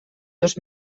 dos